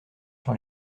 sur